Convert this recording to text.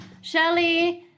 Shelly